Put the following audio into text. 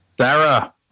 Sarah